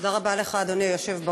תודה רבה לך, אדוני היושב-ראש.